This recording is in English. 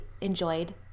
enjoyed